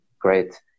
great